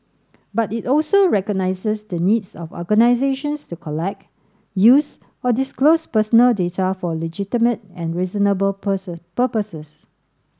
but it also recognises the needs of organisations to collect use or disclose personal data for legitimate and reasonable person purposes